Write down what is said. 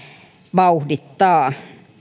vauhdittaa